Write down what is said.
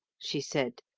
she said,